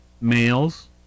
males